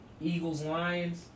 Eagles-Lions